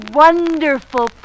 wonderful